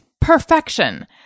perfection